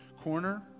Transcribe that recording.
corner